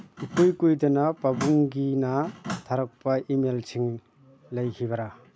ꯏꯀꯨꯏ ꯀꯨꯏꯗꯅ ꯄꯥꯕꯨꯡꯒꯤꯅ ꯊꯥꯔꯛꯄ ꯏꯃꯦꯜꯁꯤꯡ ꯂꯩꯈꯤꯕ꯭ꯔꯥ